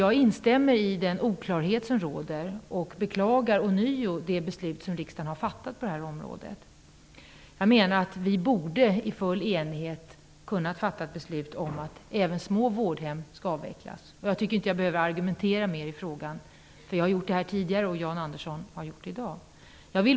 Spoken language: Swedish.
Jag instämmer i att det råder oklarhet, och jag beklagar ånyo det beslut som riksdagen har fattat på detta område. Vi borde i full enighet ha kunnat fatta beslut om att även små vårdhem skall avvecklas. Jag tycker inte att jag behöver argumentera mer i frågan. Det har jag gjort tidigare, och Jan Andersson har gjort det i dag.